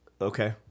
Okay